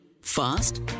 Fast